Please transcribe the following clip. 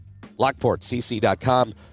LockportCC.com